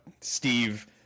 Steve